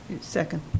Second